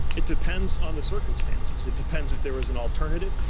it depends on the circumstances. it depends if there was an alternative,